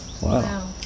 Wow